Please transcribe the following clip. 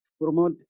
Promote